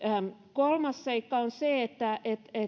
kolmas seikka on se että